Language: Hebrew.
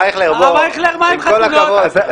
הרב אייכלר, מה עם חתונות?